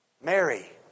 Mary